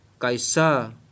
Kaisa